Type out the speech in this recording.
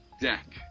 Deck